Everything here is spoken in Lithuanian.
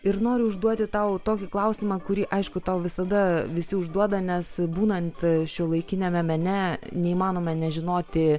ir noriu užduoti tau tokį klausimą kurį aišku tau visada visi užduoda nes būnant šiuolaikiniame mene neįmanoma nežinoti